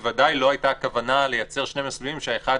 בוודאי שלא הייתה הכוונה לייצר שני מסלולים שהאחד